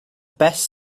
best